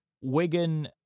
Wigan